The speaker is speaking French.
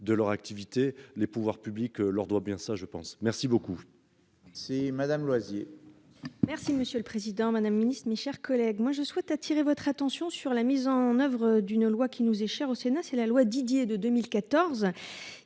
de leur activité, les pouvoirs publics leur dois bien ça je pense. Merci beaucoup. Si Madame Loisier. Merci monsieur le président, madame le Ministre, mes chers collègues. Moi, je souhaite attirer votre attention sur la mise en oeuvre d'une loi qui nous est cher au Sénat, c'est la loi, Didier de 2014